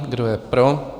Kdo je pro?